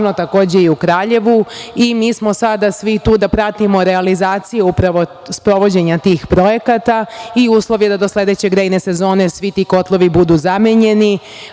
Takođe i u Kraljevu. Mi smo sada svi tu ta pratimo realizaciju tih projekata i uslovi da do sledeće grejne sezone svi ti kotlovi budu zamenjeni,